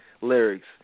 lyrics